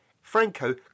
Franco